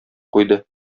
куйды